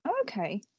okay